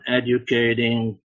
educating